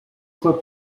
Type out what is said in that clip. fois